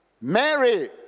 Mary